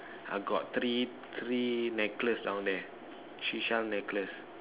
I got three three necklaces down there seashell necklace